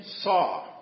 saw